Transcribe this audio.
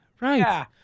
Right